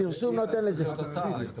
הפרסום נותן את זה.